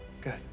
Good